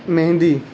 مہندی